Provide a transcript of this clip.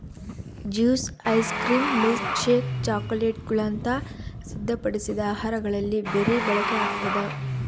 juice ice cream milkshake ಚಾಕೊಲೇಟ್ಗುಳಂತ ಸಿದ್ಧಪಡಿಸಿದ ಆಹಾರಗಳಲ್ಲಿ ಬೆರಿ ಬಳಕೆಯಾಗ್ತದ